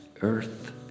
earth